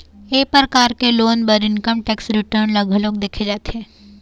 ए परकार के लोन बर इनकम टेक्स रिटर्न ल घलोक देखे जाथे